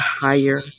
higher